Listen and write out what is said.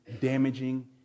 damaging